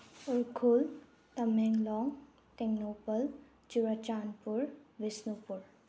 Ukhrul Tamenglong Tengnoupal Churachandpur Bishnupur